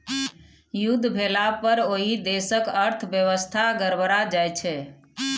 युद्ध भेलापर ओहि देशक अर्थव्यवस्था गड़बड़ा जाइत छै